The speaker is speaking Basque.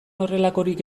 horrelakorik